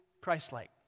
Christ-like